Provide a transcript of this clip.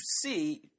see